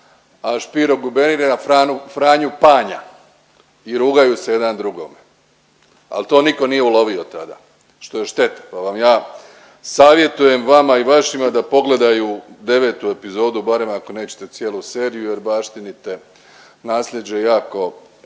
a Špiro Guberina Franju Panja i rugaju se jedan drugom. Ali to nitko nije ulovio tada što je šteta, pa vam ja savjetujem vama i vašima da pogledaju 9. epizodu barem ako nećete cijelu seriju jer baštinite naslijeđe jako